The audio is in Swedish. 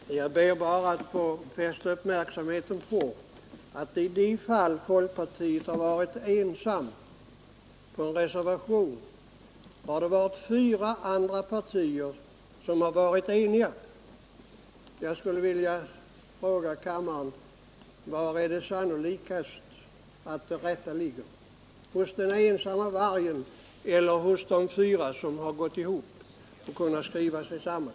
Herr talman! Jag ber bara att få fästa uppmärksamheten på att i de fall folkpartiet ensamt har stått för en reservation har de fyra andra partierna varit eniga. Jag skulle vilja fråga kammaren, var det är sannolikast att det rätta ligger: hos den ensamma vargen eller hos de fyra som har blivit eniga och kunnat skriva sig samman.